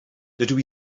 dydw